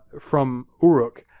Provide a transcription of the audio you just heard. from uruk.